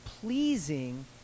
pleasing